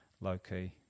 low-key